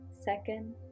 Second